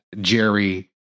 Jerry